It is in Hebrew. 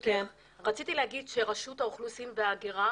רשות האוכלוסין וההגירה,